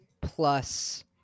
plus